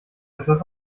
etwas